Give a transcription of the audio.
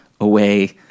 away